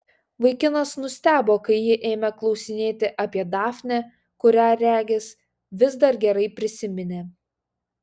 vaikinas nustebo kai ji ėmė klausinėti apie dafnę kurią regis vis dar gerai prisiminė